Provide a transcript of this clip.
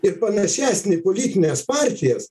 ir panašesnį į politines partijas